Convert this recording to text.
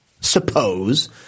suppose